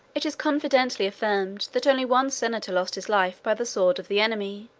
it is confidently affirmed that only one senator lost his life by the sword of the enemy.